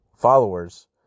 followers